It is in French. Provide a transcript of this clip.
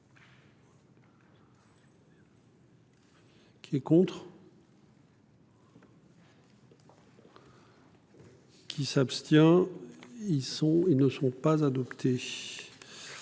Qui est contre. Qui s'abstient. Ils ne sont pas adoptés